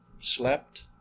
slept